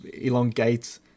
elongate